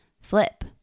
flip